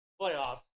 playoffs